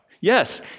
Yes